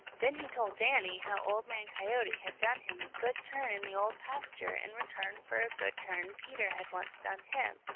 then he told danny how old man coyote had done him a good turn in the old pasture in return for a good turn peter had once done him,